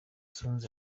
tonzi